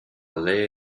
lei